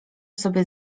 sobie